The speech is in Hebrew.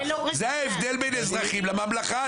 זה ההבדל בין אזרחים לבין הממלכה.